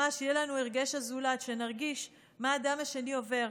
שיהיה לנו הרגש לזולת, שנרגיש מה האדם השני עובר.